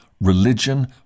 Religion